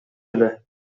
эле